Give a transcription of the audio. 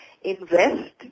invest